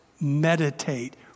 meditate